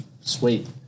sweet